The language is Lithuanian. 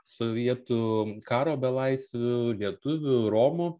sovietų karo belaisvių lietuvių romų